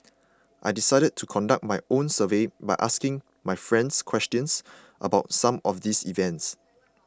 I decided to conduct my own survey by asking my friends questions about some of these events